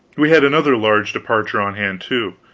we had another large departure on hand, too.